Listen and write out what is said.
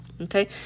Okay